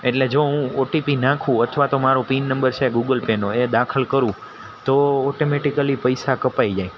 એટલે જો હું ઓટીપી નાખું અથવા તો મારો પિન નંબર છે ગૂગલ પેનો એ દાખલ કરું તો ઓટોમેટિકલી પૈસા કપાઈ જાય